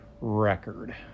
record